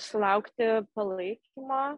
sulaukti palaikymo